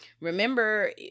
Remember